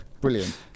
Brilliant